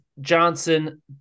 Johnson